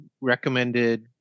recommended